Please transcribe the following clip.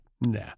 nah